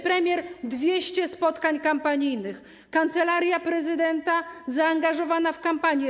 Premier - 200 spotkań kampanijnych, Kancelaria Prezydenta - zaangażowana w kampanię.